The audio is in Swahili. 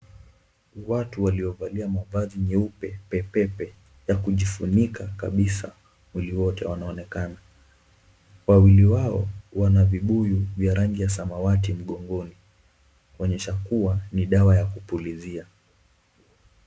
Watu waliovalia mavazi nyeupe pe pe pe ya kujifunika kabisa mwili wote wanaonekana. Wawili wao wana vibuyu vya rangi ya samawati mgongoni kuonyesha kuwa ni dawa ya kupulizia.